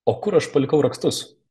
o kur aš palikau raktus